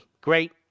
great